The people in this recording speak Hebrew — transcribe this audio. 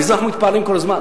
ובזה אנחנו מתפארים כל הזמן.